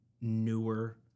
newer